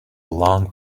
long